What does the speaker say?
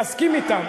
אתה יכול להסכים אתם.